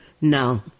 no